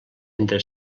entre